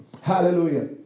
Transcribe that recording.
Hallelujah